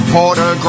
Porter